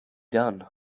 done